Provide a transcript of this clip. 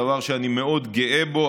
דבר שאני מאוד גאה בו,